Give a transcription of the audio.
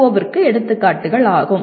ஓ விற்கு எடுத்துக்காட்டுகள் ஆகும்